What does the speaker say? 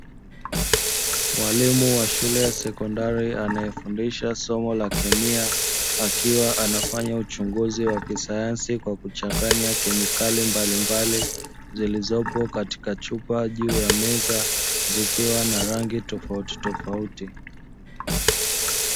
Mwalimu wa shule ya sekondari anayefundisha somo la kemia, akiwa anafanya uchunguzi wa kisayansi kwa kuchanganya kemikali mbalimbali zilizopo katika chupa juu ya meza zikiwa na rangi tofautitofauti.